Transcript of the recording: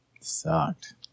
Sucked